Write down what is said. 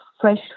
fresh